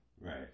Right